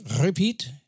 repeat